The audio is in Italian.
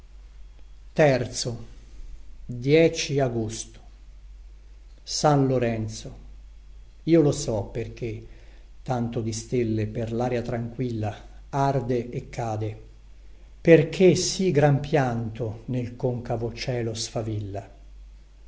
stia bene san lorenzo io lo so perché tanto di stelle per laria tranquilla arde e cade perché sì gran pianto nel concavo cielo sfavilla